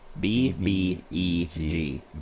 B-B-E-G